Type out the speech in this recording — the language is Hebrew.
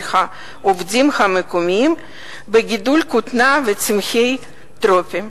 העובדים המקומיים בגידול כותנה וצמחים טרופיים.